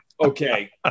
Okay